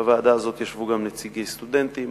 בוועדה הזאת ישבו גם נציגי סטודנטים,